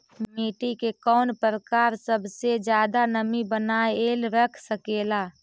मिट्टी के कौन प्रकार सबसे जादा नमी बनाएल रख सकेला?